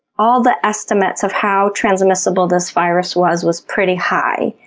all the estimates of how transmissible this virus was, was pretty high,